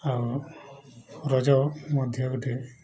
ଆଉ ରଜ ମଧ୍ୟ ଗୋଟେ